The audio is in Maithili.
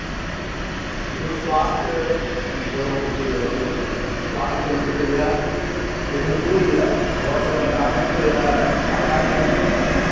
देखियौ स्वास्थयके जँ गप्प जे यए से स्वास्थ्य केन्द्र तऽ यए लेकिन दूर यए घरसे कनि टा हटि कऽ यए आब रानीगञ्ज जाउ